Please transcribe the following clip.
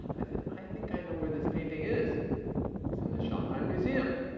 i said, i think i know where this painting is. it was in the shanghai museum,